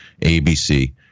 ABC